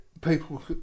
people